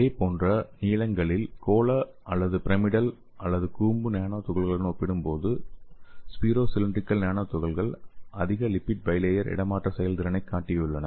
இதேபோன்ற நீளங்களில் கோள அல்லது பிரமிடல் அல்லது கூம்பு நானோ துகள்களுடன் ஒப்பிடும்போது ஸ்பீரோசிலிண்ட்ரிகல் நானோ துகள்கள் அதிக லிப்பிட் பைலேயர் இடமாற்ற செயல்திறனைக் காட்டியுள்ளன